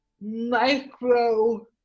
micro